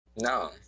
No